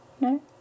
No